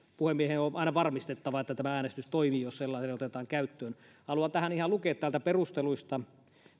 puhemiehen on on aina varmistettava että tämä äänestys toimii jos sellainen otetaan käyttöön haluan tähän ihan lukea täältä perusteluista